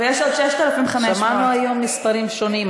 ויש עוד 6,500. שמענו היום מספרים שונים,